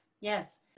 yes